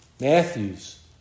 Matthew's